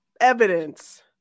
evidence